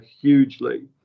hugely